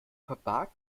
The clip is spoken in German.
verbarg